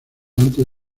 antes